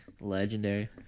Legendary